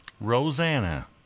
Rosanna